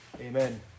amen